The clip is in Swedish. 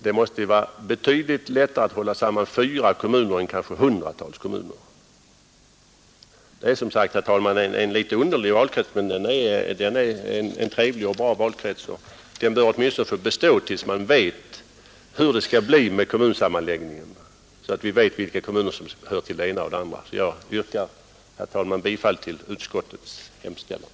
Det måste vara betydligt lättare att hålla samman fyra kommuner än kanske hundratals. Fyrstadskretsen är, herr talman, som sagt en litet underlig valkrets, men den är trevlig och bra och bör åtminstone få bestå tills man vet hur det skall bli med kommunsammanläggningen. Herr talman! Jag ber att få yrka bifall till utskottets hemställan.